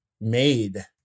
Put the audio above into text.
made